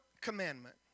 commandment